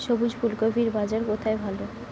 সবুজ ফুলকপির বাজার কোথায় ভালো?